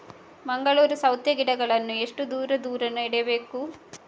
ಮಂಗಳೂರು ಸೌತೆ ಗಿಡಗಳನ್ನು ಎಷ್ಟು ದೂರ ದೂರ ನೆಡಬೇಕು?